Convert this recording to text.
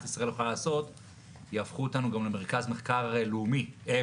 ישראל יכולה לעשות יהפכו אותנו גם למרכז מחקר בין-לאומי.